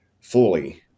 fully